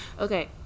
Okay